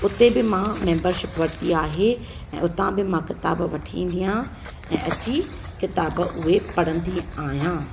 हुते बि मां मैंबरशिप वरिती आहे ऐं उतां बि मां किताबु वठी ईंदी आहे ऐं अची किताबु उहे पढ़ंदी आहियां